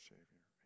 Savior